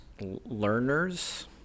learners